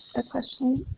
a question?